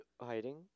hiding